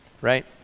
Right